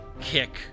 kick